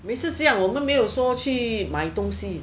每次这样我们没有说去买东西